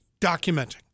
documenting